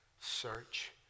search